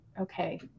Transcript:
okay